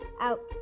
out